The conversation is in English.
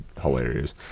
hilarious